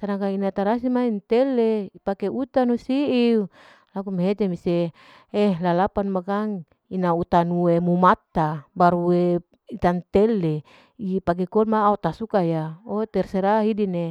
Sedangkan ina tarasi ma entele pake utanu siu, laku mehete mese eh lalapan makang in autanu mau matta baru itan tele pake kol ma ua tasauka ya, o terserah hidi ni,